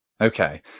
Okay